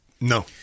No